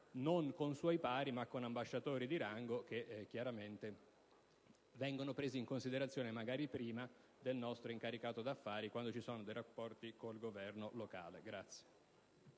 non con i suoi pari, ma con ambasciatori di rango, che chiaramente vengono presi in considerazione magari prima del nostro incaricato di affari, quando ci sono dei rapporti con il Governo locale.